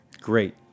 Great